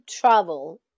travel